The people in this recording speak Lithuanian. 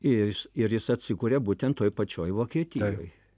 ir jis ir jis atsikuria būtent toj pačioj vokietijoj